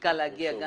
מספיקה להגיע.